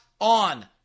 on